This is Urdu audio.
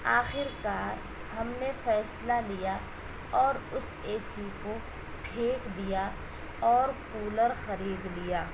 آخر کار ہم نے فیصلہ لیا اور اس اے سی کو پھینک دیا اور کولر خرید لیا